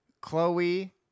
chloe